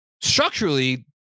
Structurally